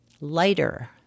lighter